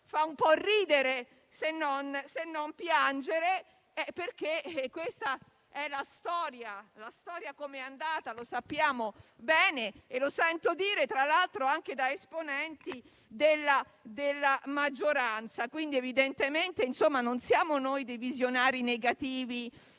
fa un po' ridere, se non addirittura piangere, perché questa è la storia. Com'è andata lo sappiamo bene e lo sento dire, tra l'altro, anche da esponenti della maggioranza. Evidentemente non siamo noi dei visionari negativi,